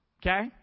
Okay